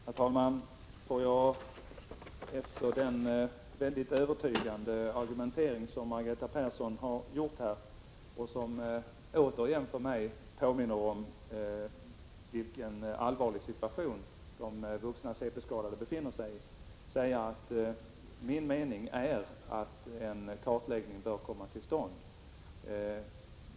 Herr talman! Får jag, efter den väldigt övertygande argumentering som Margareta Persson har presenterat och som återigen påminner mig om vilken allvarlig situation de vuxna CP-skadade befinner sig i, säga att min mening är att en kartläggning bör komma till stånd.